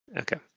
Okay